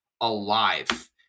alive